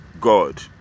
God